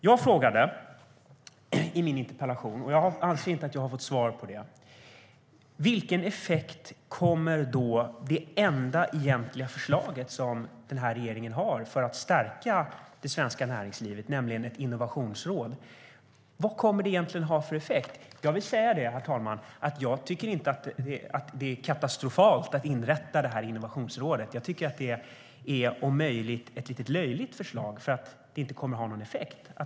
Jag frågade i min interpellation, och jag anser inte att jag har fått svar, vad det enda egentliga förslag som den här regeringen har för att stärka det svenska näringslivet, nämligen ett innovationsråd, kommer att ha för effekt. Jag tycker inte att det är katastrofalt att inrätta det här Innovationsrådet, herr talman. Förslaget är bara om möjligt lite löjligt, för det kommer inte att ha någon effekt.